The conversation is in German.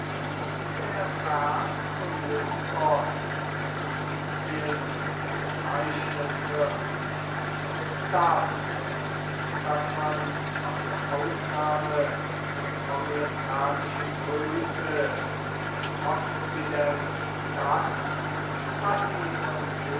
der berg olympos in lykien bezeichnet wird dafür daß man bei der aufnahme der orientalischen kulte im okzident das was sie von